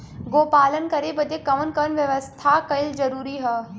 गोपालन करे बदे कवन कवन व्यवस्था कइल जरूरी ह?